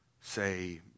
say